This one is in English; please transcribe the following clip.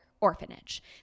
orphanage